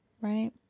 Right